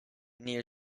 near